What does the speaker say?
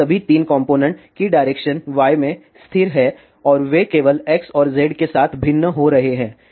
इन सभी 3 कॉम्पोनेन्ट की direction y में स्थिर है और वे केवल x और z के साथ भिन्न हो रहे हैं